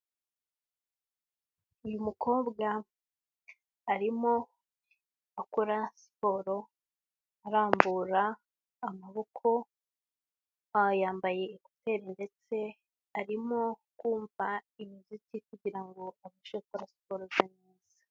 Uyu mukobwa arimo akora siporo, arambura amaboko aha yambaye kuteri ndetse arimo kumva imiziki, kugira ngo abashe gukora siporo ye neza.